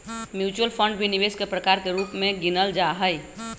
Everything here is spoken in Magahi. मुच्युअल फंड भी निवेश के प्रकार के रूप में गिनल जाहई